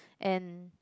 and